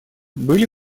были